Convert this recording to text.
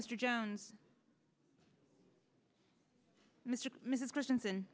mr jones mr mrs christiansen